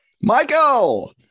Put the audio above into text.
Michael